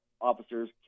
officers